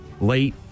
late